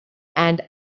and